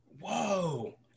Whoa